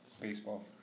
baseball